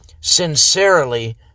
sincerely